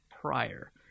prior